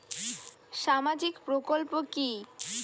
সামাজিক প্রকল্প কি?